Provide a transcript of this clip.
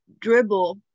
dribble